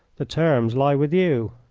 the terms lie with you.